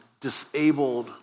disabled